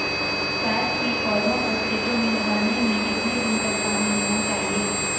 प्याज़ की पौध को खेतों में लगाने में कितने दिन तक पानी देना चाहिए?